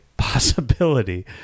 Possibility